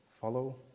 follow